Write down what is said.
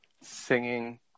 Singing